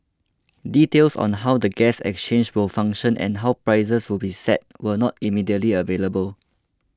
details on how the gas exchange will function and how prices will be set were not immediately available